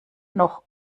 noch